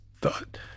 thought